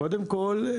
קודם כל,